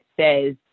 says